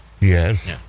Yes